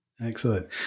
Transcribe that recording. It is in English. Excellent